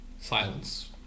Silence